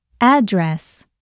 Address